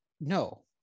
No